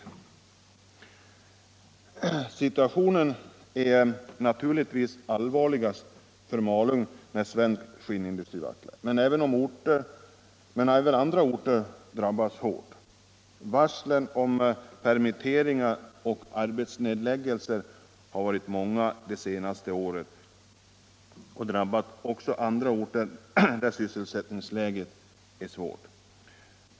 121 Situationen är naturligtvis allvarligast för Malung när svensk skinnindustri vacklar, men även andra orter drabbas hårt. Varslen om permitteringar och arbetsnedläggelser har varit många det senaste året och har drabbat också andra orter där sysselsättningsläget är svårt.